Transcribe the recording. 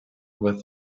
with